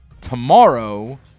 tomorrow